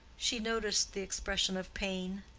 she noticed the expression of pain,